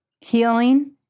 Healing